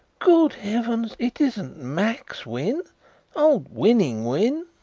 good heavens! it isn't max wynn old winning wynn?